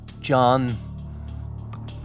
John